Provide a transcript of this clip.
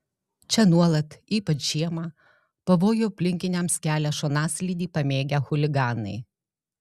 čia nuolat ypač žiemą pavojų aplinkiniams kelia šonaslydį pamėgę chuliganai